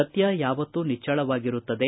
ಸತ್ಯ ಯಾವತ್ತು ನಿಚ್ಚಳವಾಗಿರುತ್ತದೆ